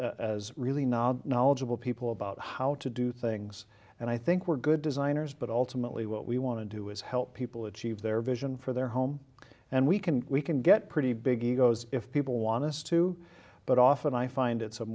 as really not knowledgeable people about how to do things and i think we're good designers but ultimately what we want to do is help people achieve their vision for their home and we can we can get pretty big egos if people want us to but often i find